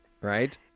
right